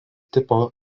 tipo